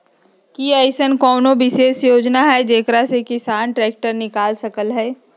कि अईसन कोनो विशेष योजना हई जेकरा से किसान ट्रैक्टर निकाल सकलई ह?